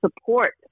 support